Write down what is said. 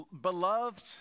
beloved